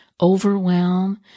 overwhelm